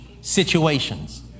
situations